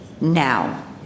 Now